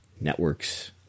networks